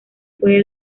puede